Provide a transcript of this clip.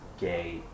gay